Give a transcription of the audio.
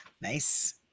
Nice